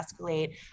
escalate